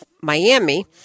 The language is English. Miami